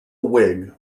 wig